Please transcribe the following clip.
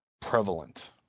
prevalent